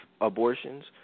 abortions